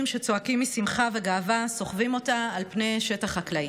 שצועקים משמחה וגאווה סוחבים אותה על פני שטח חקלאי.